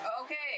Okay